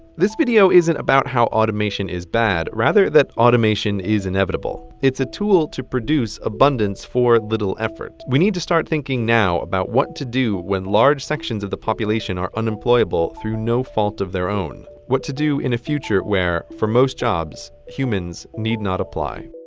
this video isn't about how automation is bad rather that automation is inevitable. it's a tool to produce abundance for little effort. we need to start thinking now about what to do when large sections of the population are unemployable through no fault of their own. what to do in a future where, for most jobs, humans need not apply.